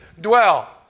dwell